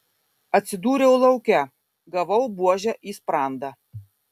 atsidūriau lauke gavau buože į sprandą